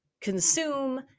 consume